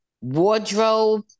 wardrobe